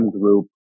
Group